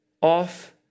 off